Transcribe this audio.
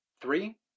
Three